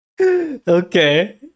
Okay